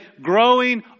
growing